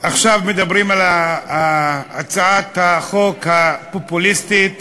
עכשיו מדברים על הצעת החוק הפופוליסטית